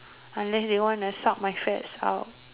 unless they wanna suck my fats out